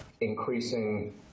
increasing